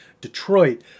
Detroit